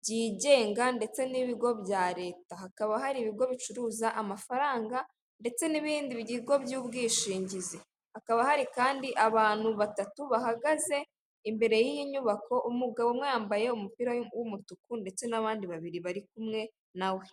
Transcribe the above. byigenga ndetse n'ibigo bya leta hakaba hari ibigo bicuruza amafaranga ndetse n'ibindi bigo by'ubwishingizi hakaba hari kandi abantu batatu bahagaze imbere y'iyi nyubako umugabo umwe wa yambaye umupira w'umutuku ndetse n'abandi babiri bari kumwe na we.